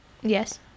Yes